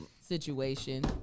situation